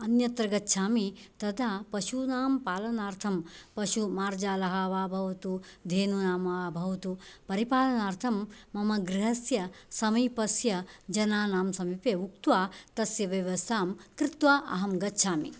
अन्यत्र गच्छामि तदा पशूनां पालनार्थं पशु मार्जालः वा भवतु धेनूनां वा भवतु परिपालनार्थं मम गृहस्य समीपस्य जनानां समीपे उक्त्वा तस्य व्यवस्थां कृत्वा अहं गच्छामि